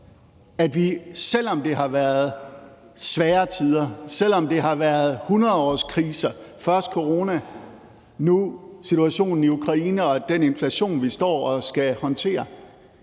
at vi, selv om det har været svære tider, selv om det har været hundredårskriser – først coronaen og nu situationen i Ukraine og den inflation, vi står og skal håndtere